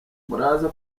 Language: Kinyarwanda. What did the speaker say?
muraza